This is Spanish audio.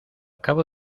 cabo